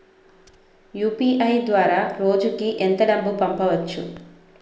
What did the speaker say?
UPI ద్వారా రోజుకి ఎంత డబ్బు పంపవచ్చు?